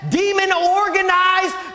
demon-organized